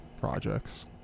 projects